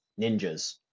Ninjas